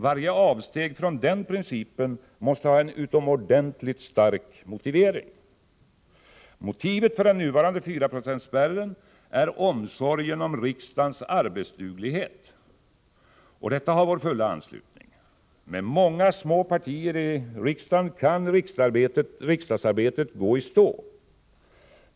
Varje avsteg från den principen måste ha en utomordentligt stark motivering. Motivet för den nuvarande 4-procentsspärren är omsorgen om riksdagens arbetsduglighet, och detta har vår fulla anslutning. Med många små partier i riksdagen kan riksdagsarbetet gå i stå.